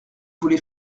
voulez